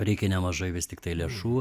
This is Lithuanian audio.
reikia nemažai vis tiktai lėšų